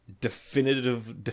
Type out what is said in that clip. definitive